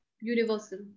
Universal